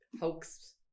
hoax